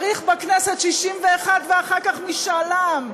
צריך בכנסת 61 קולות ואחר כך משאל עם.